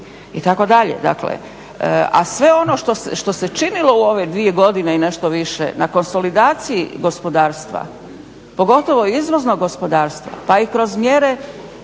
itd.. Dakle, a sve ono što se činilo u ove dvije godine i nešto više na konsolidaciji gospodarstva pogotovo izvozno gospodarstvo pa i kroz mjere